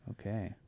Okay